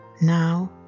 Now